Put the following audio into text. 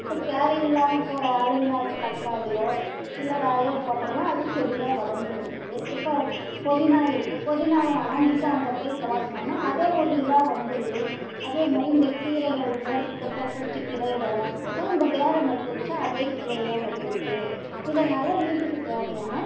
இப்போ தேவையில்லாமல் போகற அழுகின தக்காளியோ இல்லை காயோ போட்டம்னா அது செடியாக வளர்ந்து வந்துருது இப்போ புதினா இருக்கு புதினாவ நான் ஆஞ்சிவிட்டா அங்கே போய் கிடாசுனம்னா அதே ஒரு இதாக வந்துருது அதேமாதிரி இந்த கீரைகள் எல்லாம் இந்த ப புழுச்சக்கீரை இதெல்லாம் இருக்கும்ம்போது அந்த வேரை நட்டு வச்சா அதே கீரையாக வந்துருது இதனால் வீட்டுக்கு தேவையான